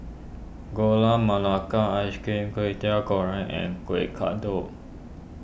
Gula Melaka Ice Cream Kway Teow Goreng and Kueh Kodok